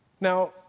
Now